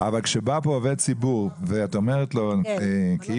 אבל כשבא לפה עובד ציבור ואת אומרת לו כאילו